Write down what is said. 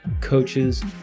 coaches